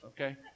okay